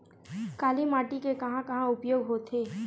काली माटी के कहां कहा उपयोग होथे?